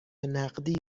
نقدی